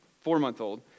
four-month-old